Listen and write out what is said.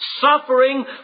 suffering